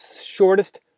shortest